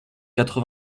quatre